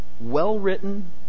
well-written